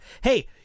Hey